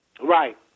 Right